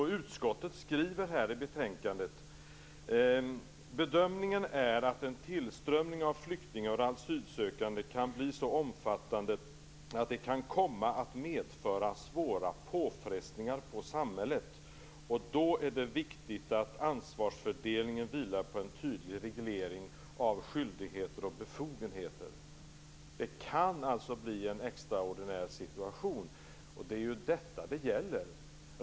Utskottet skriver i betänkandet att bedömningen är att en tillströmning av flyktingar och asylsökande kan bli så omfattande att det kan komma att medföra svåra påfrestningar på samhället. Då är det viktigt att ansvarsfördelningen vilar på en tydlig reglering av skyldigheter och befogenheter. Det kan alltså bli en extraordinär situation. Det är ju detta det gäller.